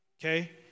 Okay